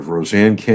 Roseanne